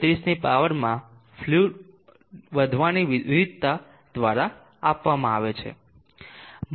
33 ની પાવરમાં ફ્લુઈડ વધવાની વિવિધતા દ્વારા આપવામાં આવે છે